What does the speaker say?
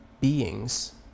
beings